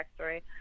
backstory